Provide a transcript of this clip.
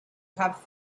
have